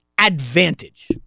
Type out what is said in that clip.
advantage